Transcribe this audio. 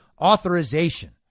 authorization